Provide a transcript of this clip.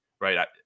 right